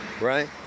right